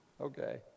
Okay